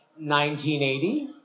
1980